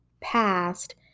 past